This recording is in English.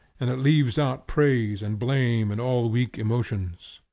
and it leaves out praise and blame and all weak emotions.